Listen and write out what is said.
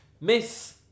miss